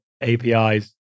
APIs